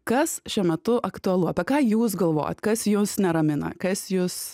kas šiuo metu aktualu apie ką jūs galvojat kas jus neramina kas jus